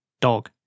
Dog